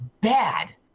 bad